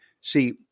See